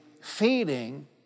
feeding